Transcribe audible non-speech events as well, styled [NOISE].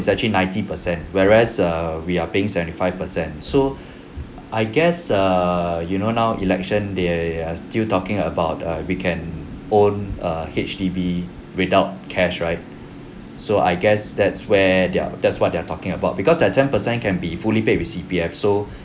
is actually ninety percent whereas err we are paying seventy five percent so [BREATH] I guess err you know now election they are still talking about err we can own err H_D_B without cash right so I guess that's where they're that's what they're talking about because the ten percent can be fully paid with C_P_F so